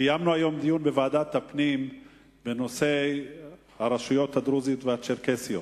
קיימנו היום דיון בוועדת הפנים בנושא הרשויות הדרוזיות והצ'רקסיות,